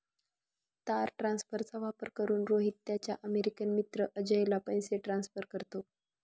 तार ट्रान्सफरचा वापर करून, रोहित त्याचा अमेरिकन मित्र अजयला पैसे ट्रान्सफर करतो